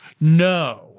No